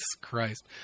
Christ